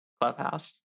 clubhouse